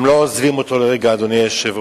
הם לא עוזבים אותו לרגע, אדוני היושב-ראש,